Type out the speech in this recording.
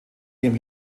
ihrem